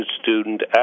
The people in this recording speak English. student